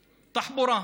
תחבורה,